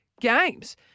games